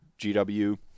GW